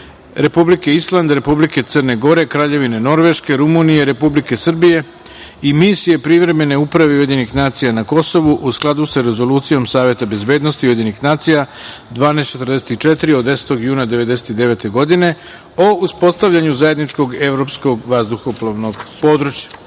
Republike Island, Republike Crne Gore, Kraljevine Norveške, Rumunije, Republike Srbije i Misije privremene uprave UN na Kosovu (u skladu sa Rezolucijom Saveta bezbednosti UN 1244 od 10. juna 1999. godine) o uspostavljanju zajedničkog evropskog vazduhoplovnog područja. Saglasno